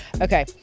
okay